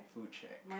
food shack